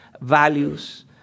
values